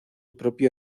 propio